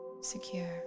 secure